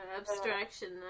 abstraction